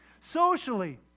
Socially